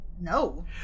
No